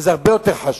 שזה הרבה יותר חשוב,